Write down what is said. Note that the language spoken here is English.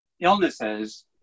illnesses